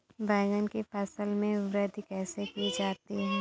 बैंगन की फसल में वृद्धि कैसे की जाती है?